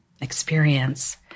experience